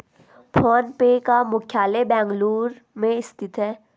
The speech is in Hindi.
फोन पे का मुख्यालय बेंगलुरु में स्थित है